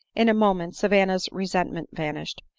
in a moment savanna's resentment vanished.